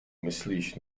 myslíš